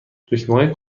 دکمه